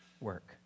work